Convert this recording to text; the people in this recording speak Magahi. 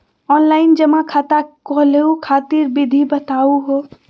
ऑनलाइन जमा खाता खोलहु खातिर विधि बताहु हो?